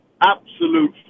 absolute